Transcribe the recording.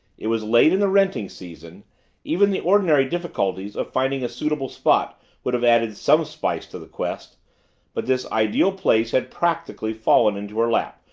it was late in the renting season even the ordinary difficulties of finding a suitable spot would have added some spice to the quest but this ideal place had practically fallen into her lap,